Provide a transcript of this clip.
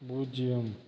பூஜ்யம்